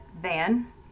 Van